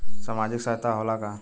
सामाजिक सहायता होला का?